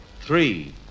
three